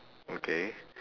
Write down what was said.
okay